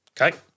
Okay